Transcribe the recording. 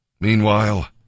MEANWHILE